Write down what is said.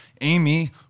Amy